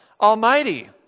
almighty